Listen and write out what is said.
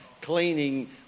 cleaning